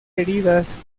heridas